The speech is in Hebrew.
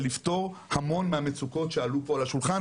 לפתור המון מהמצוקות שעלו פה על השולחן,